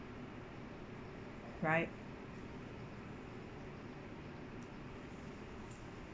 right